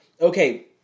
okay